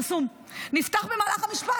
נפתח במהלך המשפט.